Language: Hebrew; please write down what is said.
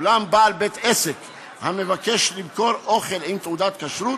אולם בעל בית-עסק המבקש למכור אוכל עם תעודת כשרות,